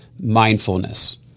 mindfulness